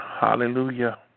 Hallelujah